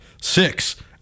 six